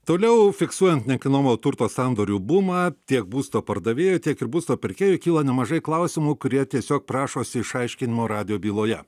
toliau fiksuojant nekilnojamojo turto sandorių bumą tiek būsto pardavėjui tiek ir būsto pirkėjui kyla nemažai klausimų kurie tiesiog prašosi išaiškinimo radijo byloje